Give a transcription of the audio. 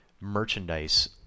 merchandise